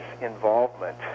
involvement